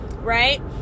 right